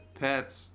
pets